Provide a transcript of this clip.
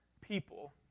people